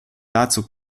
dazu